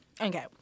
okay